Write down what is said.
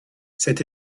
cet